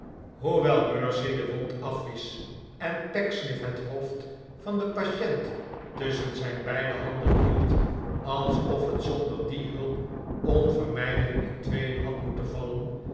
hoewel mercy de wond afwiesch en pecksniff het hoofd van den patient tusschen zijn beide handen hield alsof het zonder die hulp onvermijdeiijk in tweeen had moeten vallen